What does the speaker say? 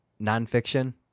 nonfiction